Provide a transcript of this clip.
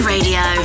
Radio